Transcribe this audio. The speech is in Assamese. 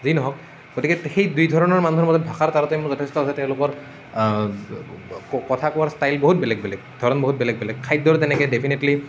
যেই নহওক গতিকে সেই দুই ধৰণৰ মানুহৰ মাজত ভাষাৰ তাৰতম্য যথেষ্ট আছে তেওঁলোকৰ কথা কোৱাৰ ষ্টাইল বহুত বেলেগ বেলেগ ধৰণ বহুত বেলেগ বেলেগ খাদ্যও তেনেকৈ ডেফিনেটলী